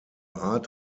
art